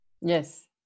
Yes